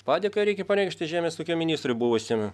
padėką reikia pareikšti žemės ūkio ministrui buvusiam